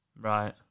Right